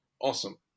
awesome